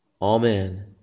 Amen